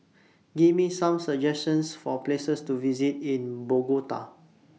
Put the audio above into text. Give Me Some suggestions For Places to visit in Bogota